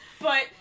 But-